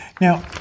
Now